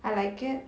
I like it